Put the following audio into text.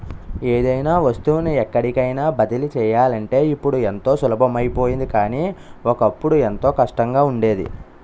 ఏదైనా వస్తువుని ఎక్కడికైన బదిలీ చెయ్యాలంటే ఇప్పుడు ఎంతో సులభం అయిపోయింది కానీ, ఒకప్పుడు ఎంతో కష్టంగా ఉండేది